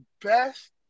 best